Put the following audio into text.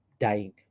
dying